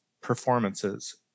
performances